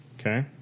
Okay